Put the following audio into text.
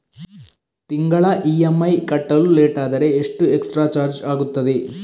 ತಿಂಗಳ ಇ.ಎಂ.ಐ ಕಟ್ಟಲು ಲೇಟಾದರೆ ಎಷ್ಟು ಎಕ್ಸ್ಟ್ರಾ ಚಾರ್ಜ್ ಆಗುತ್ತದೆ?